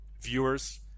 viewers